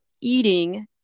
eating